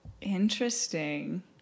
interesting